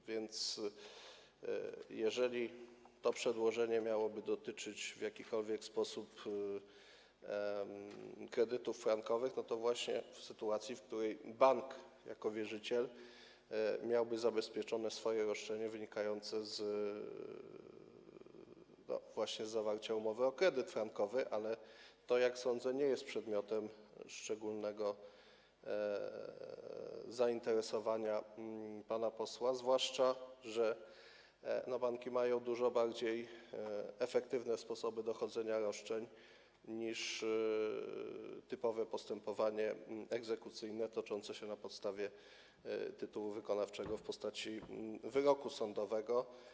A więc jeżeli to przedłożenie miałoby dotyczyć w jakikolwiek sposób kredytów frankowych, to w sytuacji, w której bank jako wierzyciel miałby zabezpieczone swoje roszczenie wynikające właśnie z zawarcia umowy o kredyt frankowy, ale to, jak sądzę, nie jest przedmiotem szczególnego zainteresowania pana posła, zwłaszcza że banki mają dużo bardziej efektywne sposoby dochodzenia roszczeń niż typowe postępowanie egzekucyjne toczące się na podstawie tytułu wykonawczego w postaci wyroku sądowego.